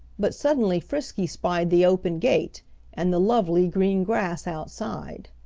but suddenly frisky spied the open gate and the lovely green grass outside.